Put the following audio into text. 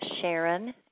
Sharon